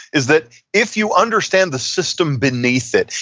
is that if you understand the system beneath it,